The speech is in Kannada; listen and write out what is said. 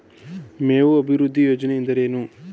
ಮೇವು ಅಭಿವೃದ್ಧಿ ಯೋಜನೆ ಎಂದರೇನು?